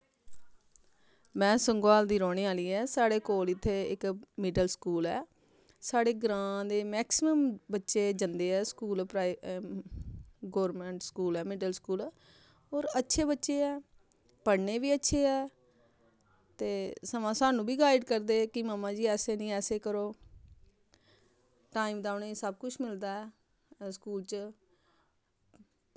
में संगोआल दी रौह्ने आह्ली ऐं साढ़े कोल इत्थै इक मिडल स्कूल ऐ साढ़े ग्रांऽ दे मैक्सिमम बच्चे जंदे ऐ स्कूल प्राई गौरमैंट स्कूल ऐ मि़डल स्कूल होर अच्छे बच्चे ऐ पढ़ने बी अच्छे ऐ ते सवां सानूं बी गाईड करदे ऐ कि मम्मा जी ऐसे निं ऐसे करो टाईम दा उ'नें सब कुछ मिलदा ऐ स्कूल च